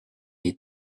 les